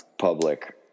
public